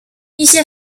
一些